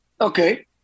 Okay